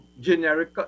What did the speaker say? generic